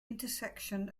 intersection